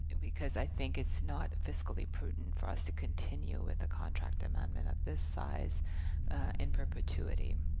because i think it's not fiscally prudent for us to continue with a contract amendment of this size in perpetuity